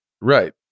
right